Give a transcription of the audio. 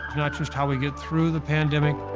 not just how we get through the pandemic,